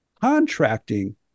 contracting